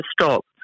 stop